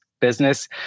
business